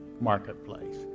marketplace